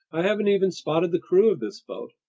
i haven't even spotted the crew of this boat.